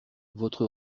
votre